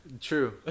True